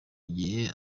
igihe